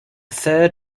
third